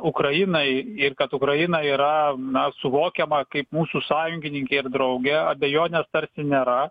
ukrainai ir kad ukraina yra na suvokiama kaip mūsų sąjungininkė ir draugė abejonės tarsi nėra